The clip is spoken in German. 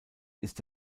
ist